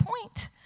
point